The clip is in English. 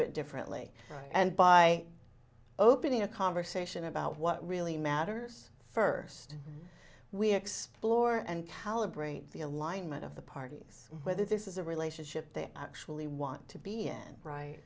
it differently and by opening a conversation about what really matters first we explore and calibrate the alignment of the parties whether this is a relationship they actually want to be in right